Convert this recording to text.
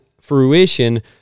fruition